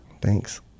Thanks